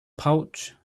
pouch